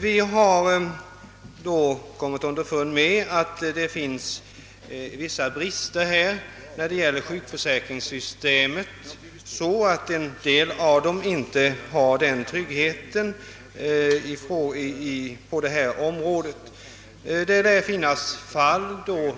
Vi har kommit underfund med att det finns vissa brister i sjukförsäkringssystemet så till vida att en del av dessa kvinnor inte har full trygghet på detta område. Det lär finnas fall då